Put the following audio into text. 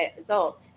results